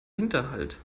hinterhalt